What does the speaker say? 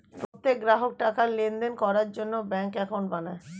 প্রত্যেক গ্রাহক টাকার লেনদেন করার জন্য ব্যাঙ্কে অ্যাকাউন্ট বানায়